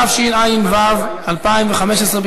התשע"ו 2015,